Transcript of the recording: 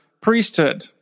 priesthood